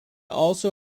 also